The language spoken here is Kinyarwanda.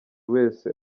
wese